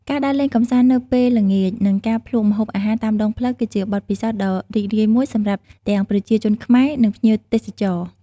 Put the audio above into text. ការដើរលេងកម្សាន្តនៅពេលល្ងាច និងការភ្លក់ម្ហូបអាហារតាមដងផ្លូវ គឺជាបទពិសោធន៍ដ៏រីករាយមួយសម្រាប់ទាំងប្រជាជនខ្មែរ និងភ្ញៀវទេសចរណ៍ ។